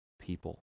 people